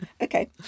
Okay